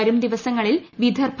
വരും ദിവസങ്ങളിൽ വിദർഭ